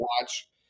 watch